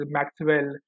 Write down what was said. Maxwell